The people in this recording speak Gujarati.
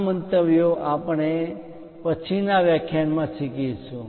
આ મંતવ્યો આપણે પછીનાં વ્યાખ્યાનોમાં શીખીશું